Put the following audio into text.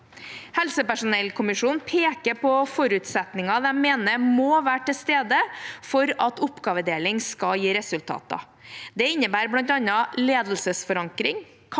Helsepersonellkommisjonen peker på forutsetninger de mener må være til stede for at oppgavedeling skal gi resultater. Det innebærer bl.a. ledelsesforankring,